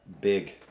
big